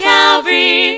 Calvary